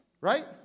right